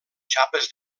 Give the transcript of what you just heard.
xapes